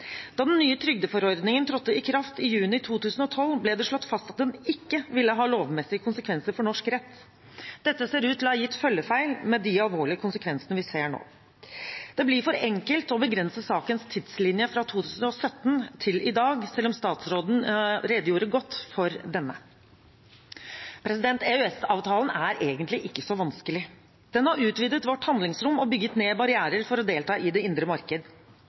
Da den nye trygdeforordningen trådte i kraft i juni 2012, ble det slått fast at den ikke ville ha lovmessige konsekvenser for norsk rett. Dette ser ut til å ha gitt følgefeil, med de alvorlige konsekvensene vi ser nå. Det blir for enkelt å begrense sakens tidslinje fra 2017 til i dag, selv om statsråden redegjorde godt for det. EØS-avtalen er egentlig ikke så vanskelig. Den har utvidet vårt handlingsrom og bygget ned barrierer for å delta i det indre marked.